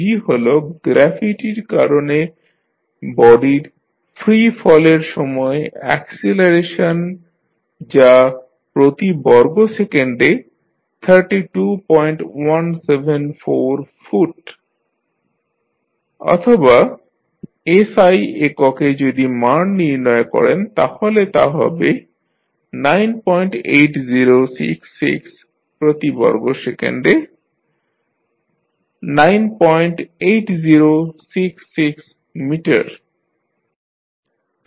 g হল গ্র্যাভিটির কারণে বডির ফ্রি ফলের সময় অ্যাক্সিলারেশন যা প্রতি বর্গ সেকেন্ডে 32174 foot 32174 feet per second square অথবা SI এককে যদি মান নির্ণয় করেন তাহলে তা' হবে 98066 প্রতি বর্গ সেকেন্ডে 98066 metre 98066 meter per second square